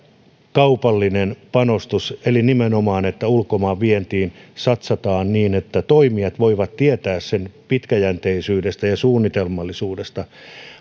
kaupallinen panostus nimenomaan niin että ulkomaan vientiin satsataan niin että toimijat voivat tietää sen pitkäjänteisyydestä ja suunnitelmallisuudesta